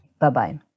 Bye-bye